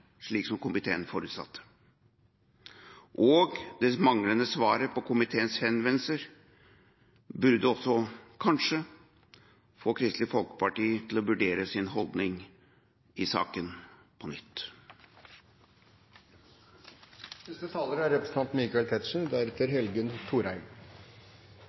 slik som komiteen forutsatte. Det manglende svaret på komiteens henvendelse burde også kanskje få Kristelig Folkeparti til å vurdere sin holdning i saken på